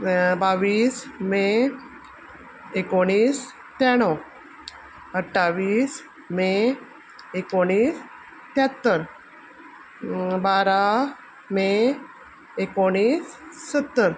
बावीस मे एकोणीस त्र्याण्णव अठ्ठावीस मे एकोणीस त्र्यात्तर बारा मे एकोणीस सत्तर